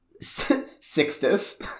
Sixtus